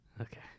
Okay